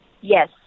Yes